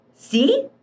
See